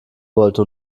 wollte